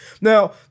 Now